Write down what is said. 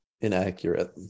inaccurate